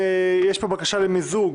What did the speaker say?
מיקי חיימוביץ'